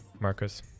Marcus